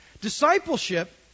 Discipleship